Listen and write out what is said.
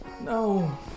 no